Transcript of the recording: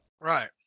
Right